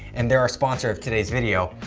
and they're our sponsor of today's video.